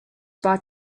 bought